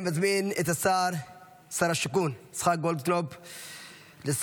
אני מזמין את שר השיכון יצחק גולדקנופ לסכם,